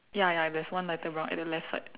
ya ya and there's one lighter brown at the left side